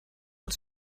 els